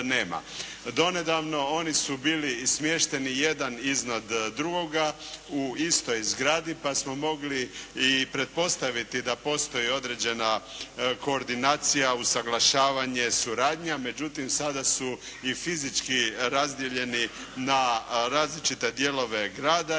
Donedavno oni su bili smješteni jedan iznad drugoga u istoj zgradi pa smo mogli i pretpostaviti da postoji određena koordinacija, usaglašavanje. Međutim, sada su i fizički razdijeljeni na različite dijelove grada.